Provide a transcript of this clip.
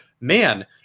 man